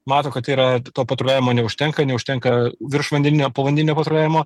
mato kad yra to patruliavimo neužtenka neužtenka viršvandeninio povandinio patruliavimo